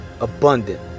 abundant